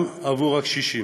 גם עבור הקשישים.